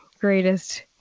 greatest